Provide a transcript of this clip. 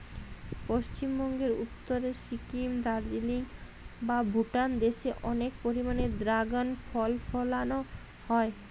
পশ্চিমবঙ্গের উত্তরে সিকিম, দার্জিলিং বা ভুটান দেশে অনেক পরিমাণে দ্রাগন ফল ফলানা হয়